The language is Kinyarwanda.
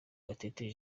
gatete